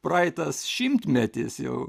praeitas šimtmetis jau